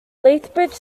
lethbridge